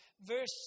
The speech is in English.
Verse